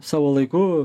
savo laiku